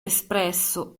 espresso